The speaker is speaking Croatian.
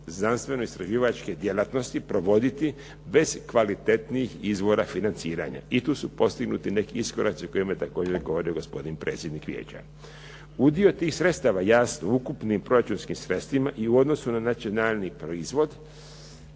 znanstveno-istraživačke djelatnosti provoditi bez kvalitetnijih izvora financiranja. I tu su postignuti neki iskoraci o kojima je također govorio gospodin predsjednik Vijeća. Udio tih sredstava jasno, ukupnim proračunskim sredstvima i u odnosu na nacionalni proizvod